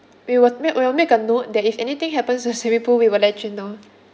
we will make we'll make a note that if anything happens to the swimming pool we will let you know